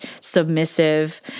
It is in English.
submissive